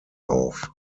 auf